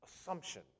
assumption